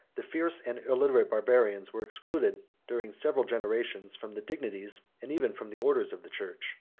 the fierce and illiterate barbarians were excluded, during several generations, from the dignities, and even from the orders, of the church.